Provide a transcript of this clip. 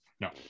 No